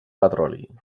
petroli